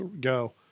go